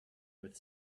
with